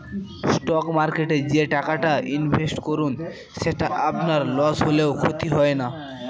stock মার্কেটে যে টাকাটা ইনভেস্ট করুন সেটা আপনার লস হলেও ক্ষতি হয় না